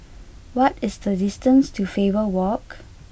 what is the distance to Faber Walk